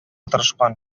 тырышкан